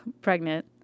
pregnant